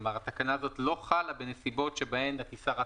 כלומר התקנה הזו לא חלה בנסיבות שבהן הטיסה רק